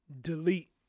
delete